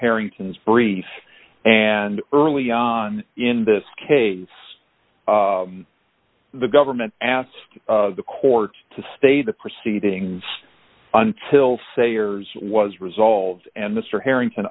harrington's brief and early on in this case the government asked the court to stay the proceedings until sayers was resolved and mr harrington